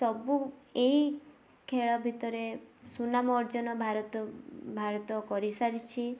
ସବୁ ଏଇ ଖେଳ ଭିତରେ ସୁନାମ ଅର୍ଜନ ଭାରତ ଭାରତ କରିସାରିଛି